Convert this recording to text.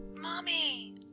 Mommy